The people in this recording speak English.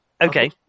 Okay